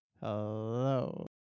hello